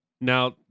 Now